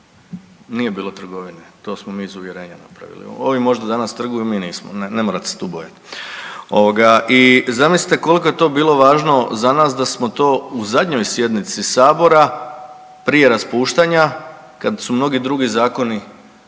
Nije bilo trgovine, to smo mi iz uvjerenja napravili. Ovi možda danas trguju, mi nismo, ne morate se tu bojati. I zamislite koliko je to bilo važno za nas da smo to u zadnjoj sjednici sabora prije raspuštanja, kad su mnogi drugi zakoni,